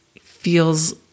feels